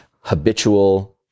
habitual